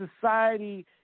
society